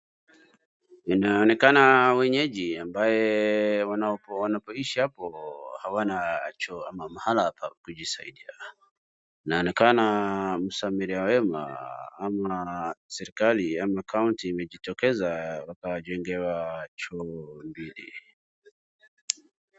Inayoonekana wenyeji ambaye wanapoishi hapo hawana choo ama mahala pa kujisaidia. Inaonekana msamaria mwema ama serikali ama county imejitokeza wakawajengewa choo mbili.